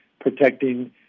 protecting